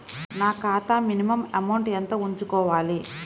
నా ఖాతా minimum amount ఎంత ఉంచుకోవాలి?